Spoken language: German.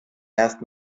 erst